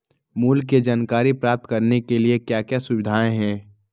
मूल्य के जानकारी प्राप्त करने के लिए क्या क्या सुविधाएं है?